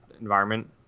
environment